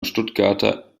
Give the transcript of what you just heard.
stuttgarter